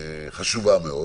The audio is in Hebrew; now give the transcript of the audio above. חשובה מאוד